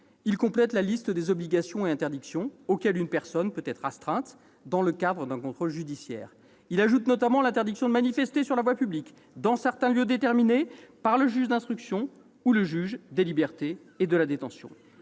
Il complète la liste des obligations et des interdictions auxquelles une personne peut être astreinte dans le cadre d'un contrôle judiciaire. Il y ajoute notamment l'interdiction de manifester sur la voie publique dans certains lieux déterminés par le juge d'instruction ou par le juge des libertés et de la détention.